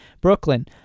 brooklyn